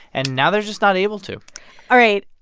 and now they're just not able to all right.